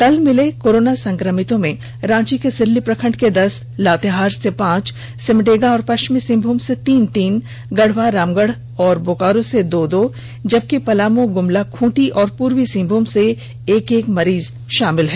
कल मिले कोरोना संक्रमितों में रांची के सिल्ली प्रखण्ड से दस लातेहार से पांच सिमडेगा और पश्चिमी सिंहमूम से तीन तीन गढ़वा रामगढ तथा बोकारो से दो दो जबकि पलामू गुमला खूंटी और पूर्वी सिंहमूम के एक एक मरीज शामिल हैं